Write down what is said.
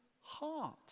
heart